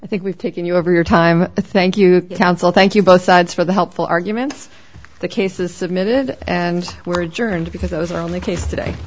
i think we've taken you over your time thank you counsel thank you both sides for the helpful arguments the cases submitted and we're journey because those are on the case today